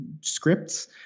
scripts